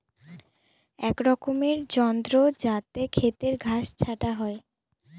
এক রকমের যন্ত্র যাতে খেতের ঘাস ছাটা হয়